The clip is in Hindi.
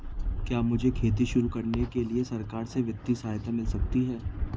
क्या मुझे खेती शुरू करने के लिए सरकार से वित्तीय सहायता मिल सकती है?